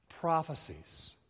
prophecies